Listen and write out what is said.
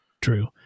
True